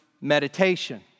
meditation